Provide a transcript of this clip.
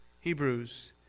Hebrews